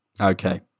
Okay